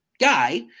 guy